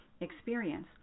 experience